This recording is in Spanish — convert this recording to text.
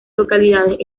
localidades